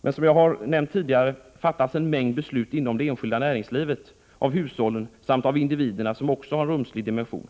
Men som jag har nämnt tidigare fattas det också en mängd beslut inom det enskilda näringslivet, av hushållen samt av individerna som har en rumslig dimension.